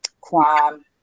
crime